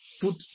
put